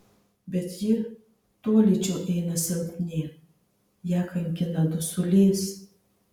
bet ji tolydžio eina silpnyn ją kankina dusulys